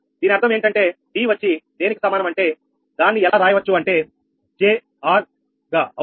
దీని అర్థం ఏంటంటే D వచ్చి దేనికి సమానం అంటే దాన్ని ఎలా రాయవచ్చు అంటే JR గా అవునా